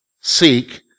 Seek